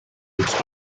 its